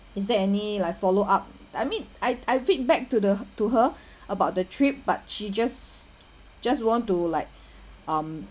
is there any like follow up I mean I I feedback to the to her about the trip but she just just want to like um